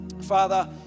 Father